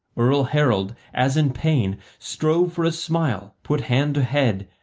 earl harold, as in pain, strove for a smile, put hand to head,